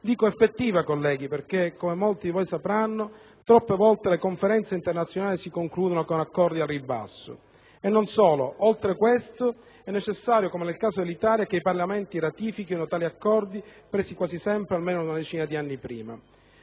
Dico "effettiva", colleghi, perché, come molti di voi sapranno, troppe volte le conferenze internazionali si concludono con accordi al ribasso. Non solo; oltre a questo è necessario, come nel caso dell'Italia, che i Parlamenti ratifichino tali accordi, presi quasi sempre almeno una decina di anni prima.